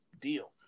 deal